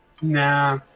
Nah